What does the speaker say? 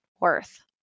worth